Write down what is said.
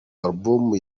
alubumu